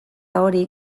hori